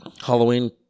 Halloween